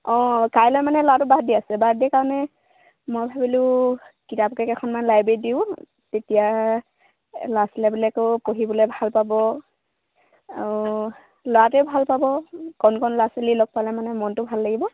অঁ কাইলৈ মানে ল'ৰাটো বাৰ্থডে আছে বাৰ্থডে কাৰণে মই ভাবিলোঁ কিতাপকে কেইখনমান লাইব্ৰেৰীত দিওঁ তেতিয়া ল'ৰা ছোৱালবিলাকেও পঢ়িবলৈ ভাল পাব আৰু ল'ৰাটোৱে ভাল পাব কণ কণ ল'ৰা ছোৱালী লগ পালে মানে মনটো ভাল লাগিব